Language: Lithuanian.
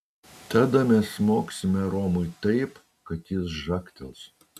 tada mes smogsime romui taip kad jis žagtels